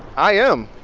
i am.